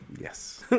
Yes